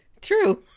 True